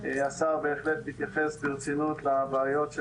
השר בהחלט התייחס ברצינות לבעיות,